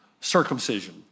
circumcision